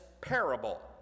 parable